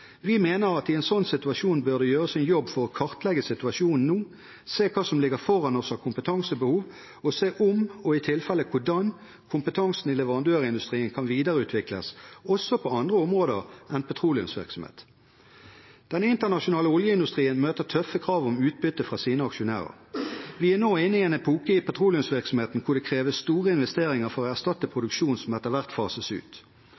Vi mener at i en sånn situasjon bør det gjøres en jobb for å kartlegge situasjonen nå, se hva som ligger foran oss av kompetansebehov, og se om – og i tilfelle hvordan – kompetansen i leverandørindustrien kan videreutvikles, også på andre områder enn petroleumsvirksomhet. Den internasjonale oljeindustrien møter tøffe krav om utbytte fra sine aksjonærer. Vi er nå inne i en epoke i petroleumsvirksomheten hvor det kreves store investeringer for å erstatte produksjon som etter hvert fases ut.